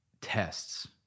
tests